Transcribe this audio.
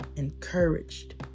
encouraged